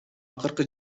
акыркы